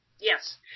Yes